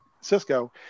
Cisco